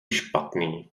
špatný